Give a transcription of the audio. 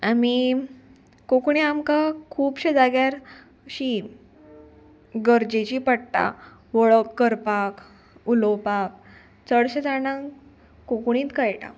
आमी कोंकणी आमकां खुबश्या जाग्यार अशी गरजेची पडटा वळख करपाक उलोवपाक चडशे जाणांक कोंकणीच कळटा